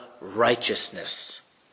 righteousness